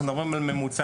אנחנו מדברים על ממוצע.